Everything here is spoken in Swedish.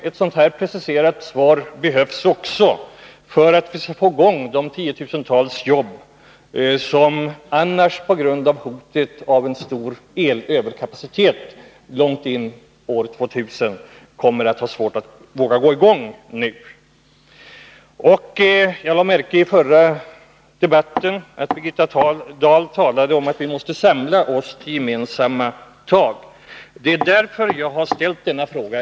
Ett preciserat svar behövs också för att tillskapa de tiotusentals jobb som det annars blir svårt att få i gång nu på grund av hotet om en stor elöverkapacitet långt in på 2000-talet. Jag lade märke till i förra debatten att Birgitta Dahl talade om att vi måste samla oss till gemensamma tag. Det är därför jag har ställt min fråga.